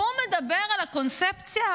הוא מדבר על הקונספציה?